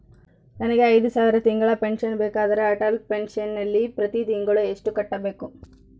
ನನಗೆ ಐದು ಸಾವಿರ ತಿಂಗಳ ಪೆನ್ಶನ್ ಬೇಕಾದರೆ ಅಟಲ್ ಪೆನ್ಶನ್ ನಲ್ಲಿ ಪ್ರತಿ ತಿಂಗಳು ಎಷ್ಟು ಕಟ್ಟಬೇಕು?